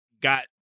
got